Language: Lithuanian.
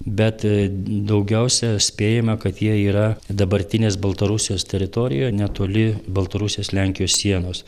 bet daugiausia spėjame kad jie yra dabartinės baltarusijos teritorijoj netoli baltarusijos lenkijos sienos